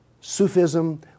Sufism